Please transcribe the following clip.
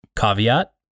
Caveat